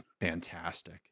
fantastic